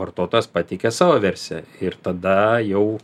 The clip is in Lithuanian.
vartotojas pateikia savo versiją ir tada jau